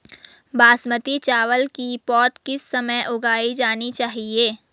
बासमती चावल की पौध किस समय उगाई जानी चाहिये?